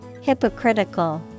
Hypocritical